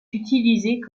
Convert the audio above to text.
utilisée